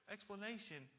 Explanation